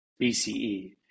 BCE